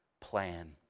plan